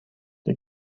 die